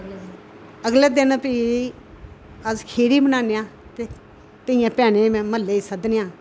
अगले दिन फ्ही अस खिचड़ी बनाने आं ते धियें भैनें म्हल्ले गी सद्दने आं